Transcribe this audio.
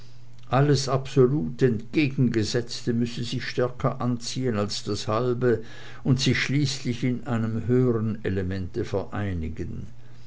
alles absolut entgegengesetzte müsse sich stärker anziehen als das halbe und sich schließlich in einem höhern elemente vereinigen